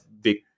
big